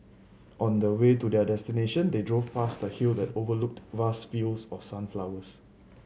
on the way to their destination they drove past a hill that overlooked vast fields of sunflowers